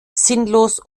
sinnlos